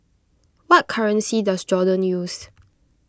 what currency does Jordan use